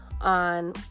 on